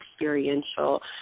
experiential